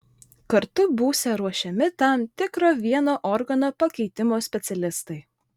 kartu būsią ruošiami tam tikro vieno organo pakeitimo specialistai